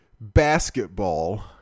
basketball